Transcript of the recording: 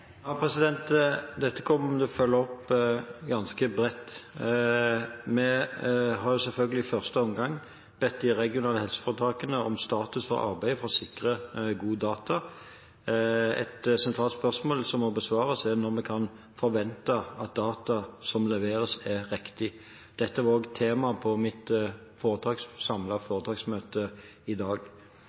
følge opp ganske bredt. Vi har selvfølgelig i første omgang bedt de regionale helseforetakene om status på arbeidet med å sikre god data. Et sentralt spørsmål, som må besvares, er: Når kan vi forvente at data som leveres, er riktig? Dette var også tema på mitt samlede foretaksmøte i dag.